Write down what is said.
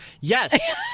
yes